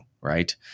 right